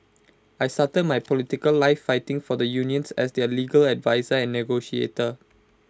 I started my political life fighting for the unions as their legal adviser and negotiator